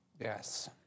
Yes